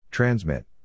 Transmit